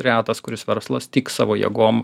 retas kuris verslas tik savo jėgom